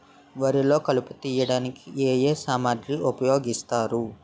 వరిలో కలుపు తియ్యడానికి ఏ ఏ సామాగ్రి ఉపయోగిస్తారు?